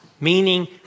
meaning